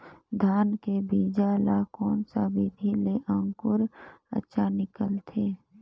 धान के बीजा ला कोन सा विधि ले अंकुर अच्छा निकलथे?